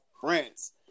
France